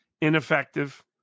ineffective